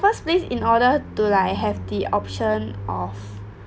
a first place in order to like have the option of